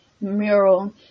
mural